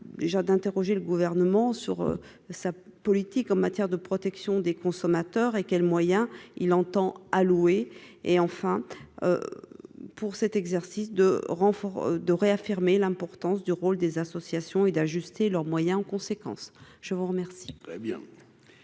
de Jade interroger le gouvernement sur sa politique en matière de protection des consommateurs et quels moyens il entend allouer et enfin pour cet exercice de renforts de réaffirmer l'importance du rôle des associations et d'ajuster leurs moyens en conséquence, je vous remercie. Très bien,